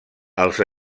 els